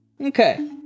Okay